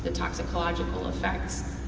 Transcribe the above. toxicological effects.